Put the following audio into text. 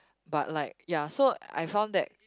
but like ya so I found that